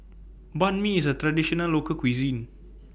Banh MI IS A Traditional Local Cuisine